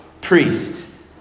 priest